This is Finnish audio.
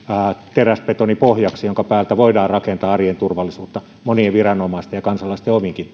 teräsbetonipohjaksi jonka päältä voidaan rakentaa arjen turvallisuutta monien viranomaisten ja kansalaisten ominkin